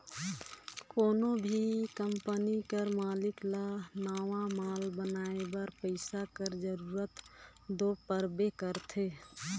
कोनो भी कंपनी कर मालिक ल नावा माल बनाए बर पइसा कर जरूरत दो परबे करथे